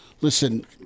listen